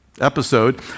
episode